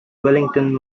wellington